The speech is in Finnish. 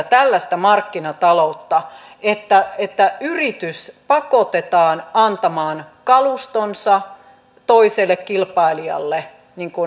tällaista markkinataloutta että että yritys pakotetaan antamaan kalustonsa toiselle kilpailijalle